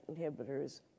inhibitors